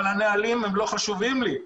אבל הנהלים לא חשובים לי.